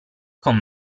con